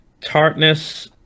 tartness